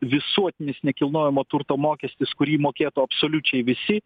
visuotinis nekilnojamo turto mokestis kurį mokėtų absoliučiai visi